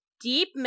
deep